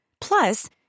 Plus